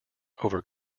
over